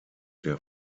der